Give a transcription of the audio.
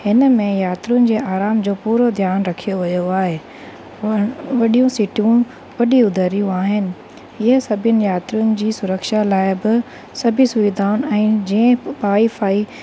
हिन में यात्रियुनि जी आराम जो पूरो ध्यानु रखियो वियो आहे वॾियूं सीटियूं वॾियूं दरियूं आहिनि हीअ सभिनि यात्रियुनि जी सुरक्षा लाइ बि सभई सुविधाऊं आहिनि जीअं वाईफाई